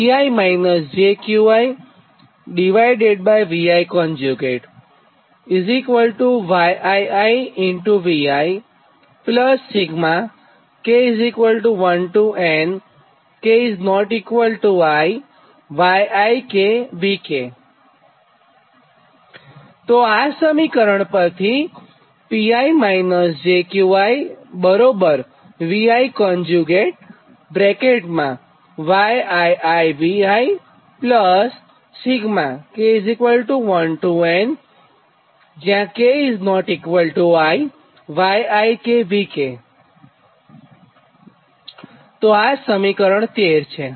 તો આ સમીકરણ પરથી તો આ સમીકરણ 13 છે